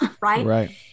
right